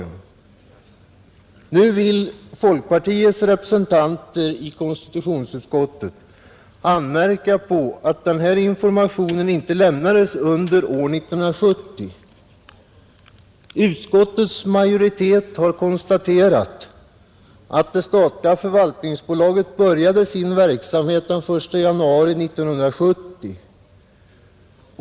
Nu vill folkpartiets representanter i konstitutionsutskottet anmärka på att denna information inte lämnades under år 1970. Utskottets majoritet har konstaterat att det statliga förvaltningsbolaget började sin verksamhet den 1 januari 1970.